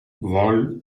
vol